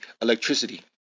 electricity